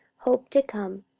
hope to come.